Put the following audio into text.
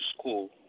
school